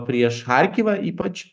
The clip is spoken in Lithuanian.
prieš charkivą ypač